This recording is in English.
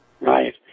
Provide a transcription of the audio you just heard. Right